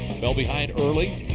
fell behind early.